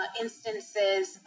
instances